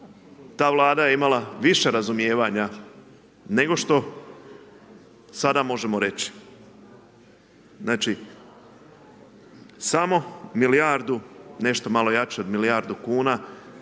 Ta Vlada je imala više razumijevanja nego što sada možemo reći. Znači samo milijardu, nešto malo jače od milijardu kuna